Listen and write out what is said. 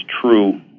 true